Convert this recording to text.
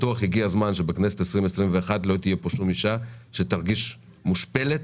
הגיע הזמן שב-2021 לא תהיה אף אישה בכנסת שתרגיש מושפלת